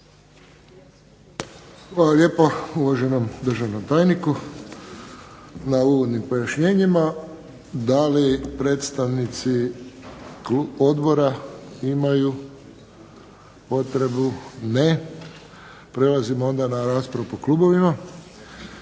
lijepo uvaženom državnom tajniku na uvodnim pojašnjenjima. Da li predstavnici odbora imaju potrebu? Ne. Prelazimo onda na raspravu po klubovima.